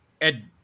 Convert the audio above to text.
Ed